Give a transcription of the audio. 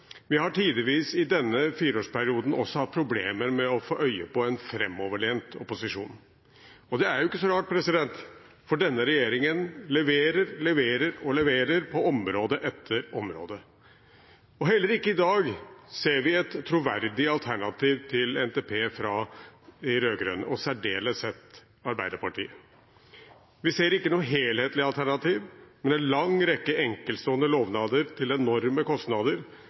Vi har tidvis også i denne fireårsperioden hatt problemer med å få øye på en framoverlent opposisjon. Det er ikke så rart, for denne regjeringen leverer, leverer og leverer på område etter område. Heller ikke i dag ser vi et troverdig alternativ til NTP fra de rød-grønne og i særdeleshet Arbeiderpartiet. Vi ser ikke noe helhetlig alternativ, men en lang rekke enkeltstående lovnader til enorme kostnader,